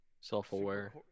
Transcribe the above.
self-aware